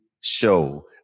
show